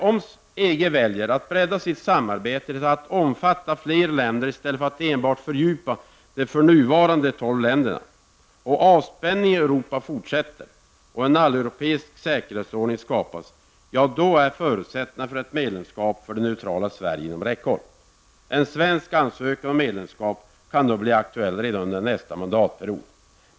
Om EG väljer att bredda sitt samarbete till att omfatta fler länder i stället för att enbart fördjupa det för de nuvarande tolv länderna, om avspänningen i Europa fortsätter och om en alleuropeisk säkerhetsordning skapas -- då är förutsättningarna för ett medlemskap för det neutrala Sverige inom räckhåll. En svensk ansökan om medlemskap kan då bli aktuell redan under nästa mandatperiod.